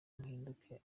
muhinduke